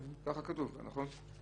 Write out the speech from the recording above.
ככה כתוב כאן בחוק, נכון?